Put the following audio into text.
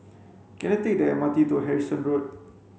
can I take the M R T to Harrison Road